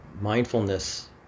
mindfulness